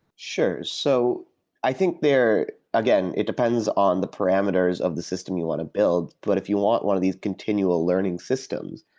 sure. so i think there again, it depends on the parameters of the system you want to build, but if you want one of these continual learning systems,